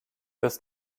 this